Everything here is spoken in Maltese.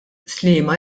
sliema